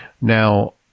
Now